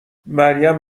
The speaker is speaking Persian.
مریم